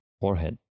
forehead